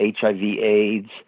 HIV-AIDS